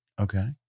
Okay